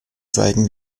zeigen